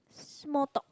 small talk